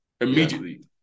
immediately